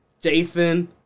Jason